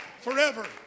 forever